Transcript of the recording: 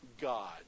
God